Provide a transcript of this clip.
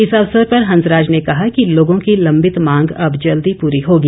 इस अवसर पर हंसराज ने कहा कि लोगों की लभ्बित मांग अब जल्द पूरी होगी